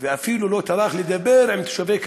ואפילו לא טרח לדבר עם תושבי קלנסואה,